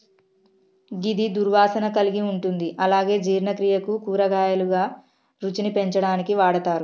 గిది దుర్వాసన కలిగి ఉంటుంది అలాగే జీర్ణక్రియకు, కూరగాయలుగా, రుచిని పెంచడానికి వాడతరు